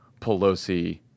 Pelosi